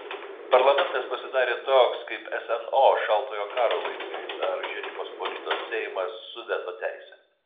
parlamentas pasidarė toks kaip sno šaltojo karo laikais ar žečpospolitos seimas su veto teise